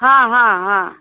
हाँ हाँ हाँ